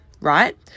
right